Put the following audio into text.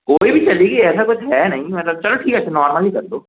गोभी भी चलेगी ऐसा कुछ है नहीं मतलब चलो ठीक है अच्छा नॉर्मल ही कर दो